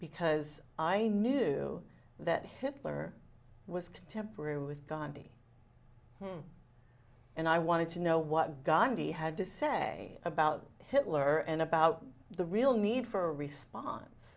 because i knew that hitler was contemporary with gandhi and i wanted to know what gandhi had to say about hitler and about the real need for response